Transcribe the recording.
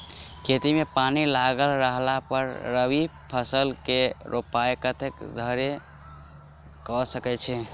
खेत मे पानि लागल रहला पर रबी फसल केँ रोपाइ कतेक देरी धरि कऽ सकै छी?